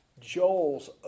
Joel's